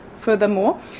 Furthermore